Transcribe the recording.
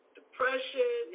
depression